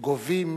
גובים